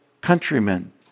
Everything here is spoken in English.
countrymen